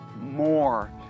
more